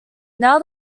now